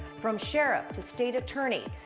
from sheriff to state attorney,